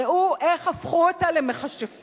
ראו איך הפכו אותה למכשפה.